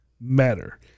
matter